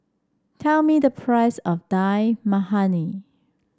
tell me the price of Dal Makhani